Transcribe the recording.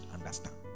understand